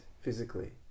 physically